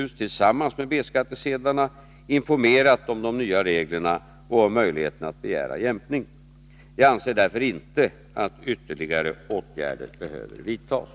Är regeringen beredd att vidta åtgärder för att informera om de möjligheter som fortfarande finns att korrigera för högt debiterad B skatt?